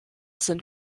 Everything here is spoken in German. sind